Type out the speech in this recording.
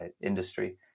industry